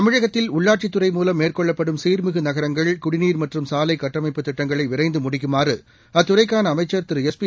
தமிழகத்தில் உள்ளாட்சித்துறை மூலம் மேற்கொள்ளப்படும் சீர்மிகு நகரங்கள் குடிநீர் மற்றும் சாலை கட்டமைப்பு திட்டங்களை விரைந்து முடிக்குமாறு அத்துறைக்கான அமைச்ச் திரு எஸ்பி